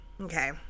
okay